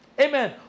amen